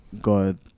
God